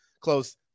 close